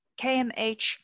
KMH